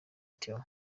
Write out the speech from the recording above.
theo